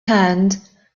hand